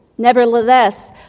Nevertheless